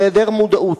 בהיעדר מודעות.